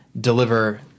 deliver